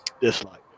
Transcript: dislike